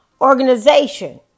Organization